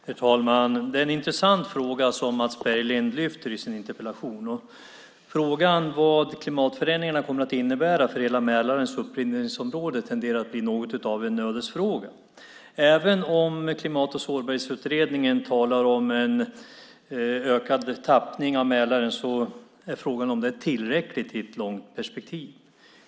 Herr talman! Det är en intressant fråga som Mats Berglind lyfter fram i sin interpellation. Frågan vad klimatförändringarna kommer att innebära för hela Mälarens upprinnelseområde tenderar att bli något av en ödesfråga. Även om Klimat och sårbarhetsutredningen talar om en ökad tappning av Mälaren är frågan om det är tillräckligt i ett långt perspektiv.